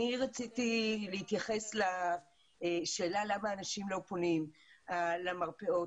רציתי להתייחס לשאלה למה אנשים לא פונים למרפאות.